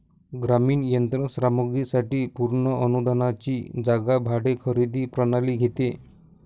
ग्रामीण यंत्र सामग्री साठी पूर्ण अनुदानाची जागा भाडे खरेदी प्रणाली घेते